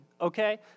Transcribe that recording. okay